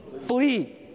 Flee